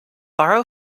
borrow